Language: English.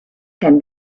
can